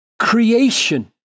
creation